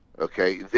Okay